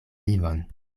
vivon